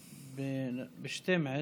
ב-12:00,